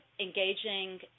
engaging